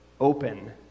open